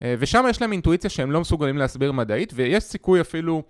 ושם יש להם אינטואיציה שהם לא מסוגלים להסביר מדעית ויש סיכוי אפילו